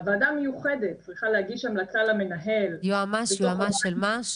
הוועדה המיוחדת צריכה להגיש המלצה למנהל -- יועמ"ש של מה?